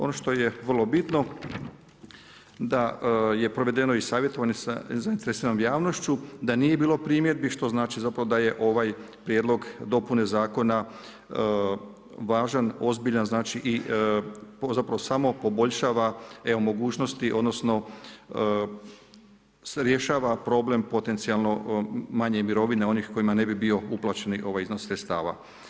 Ono što je vrlo bitno da je provedeno i savjetovanje sa zainteresiranom javnošću, da nije bilo primjedbi što znači da je ovaj prijedlog dopune zakona važan, ozbiljan i zapravo samo poboljšava mogućnosti odnosno rješava problem potencijalno manjih mirovina onih kojima ne bi bio uplaćen ovaj iznos sredstava.